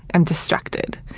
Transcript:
and distracted.